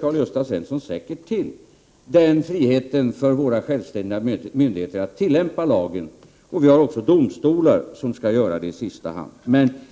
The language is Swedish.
Karl-Gösta Svenson säkert känner till har våra självständiga myndigheter friheten att tillämpa lagen, och det gör domstolarna också i sista hand.